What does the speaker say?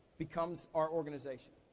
becomes our organization.